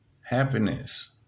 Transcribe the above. Happiness